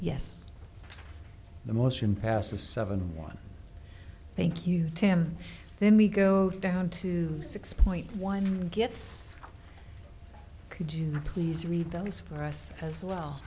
yes the motion passes seven one thank you tim then we go down to six point one gets could you please read those for us as well